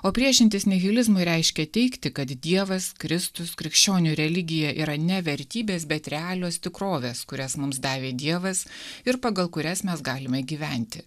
o priešintis nihilizmui reiškia teigti kad dievas kristus krikščionių religija yra ne vertybės bet realios tikrovės kurias mums davė dievas ir pagal kurias mes galime gyventi